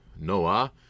Noah